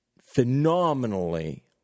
phenomenally